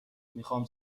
میخام